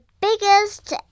biggest